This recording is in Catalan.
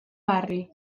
barri